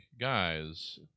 guys